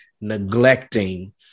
neglecting